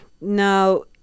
Now